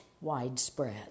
widespread